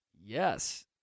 Yes